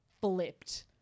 flipped